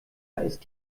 ist